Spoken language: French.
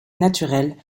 naturelle